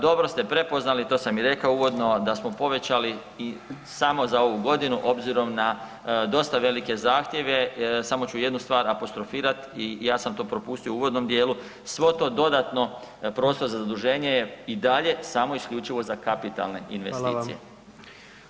Dobro ste prepoznali, to sam i rekao uvodno da smo povećali i samo za ovu godinu obzirom na dosta velike zahtjeve, samo ću jednu stvar apostrofirat i ja sam to propustio u uvodnom dijelu svo to dodatno prostor za zaduženje i dalje samo isključivo za kapitalne investicije.